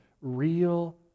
real